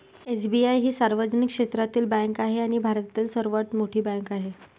SBI ही सार्वजनिक क्षेत्रातील बँक आहे आणि भारतातील सर्वात मोठी बँक आहे